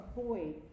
avoid